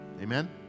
Amen